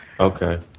Okay